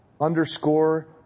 underscore